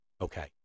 okay